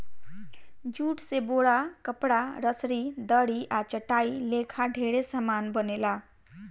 jute से बोरा, कपड़ा, रसरी, दरी आ चटाई लेखा ढेरे समान बनेला